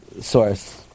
source